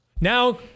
Now